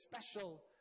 special